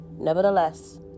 Nevertheless